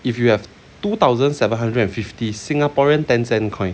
if you have two thousand seven hundred and fifty singaporean ten cent coin